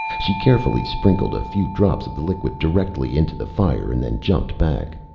she carefully sprinkled a few drops of the liquid directly into the fire and then jumped back.